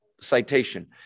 citation